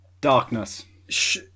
Darkness